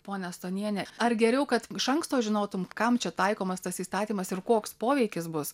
ponia stoniene ar geriau kad iš anksto žinotumei kam čia taikomas tas įstatymas ir koks poveikis bus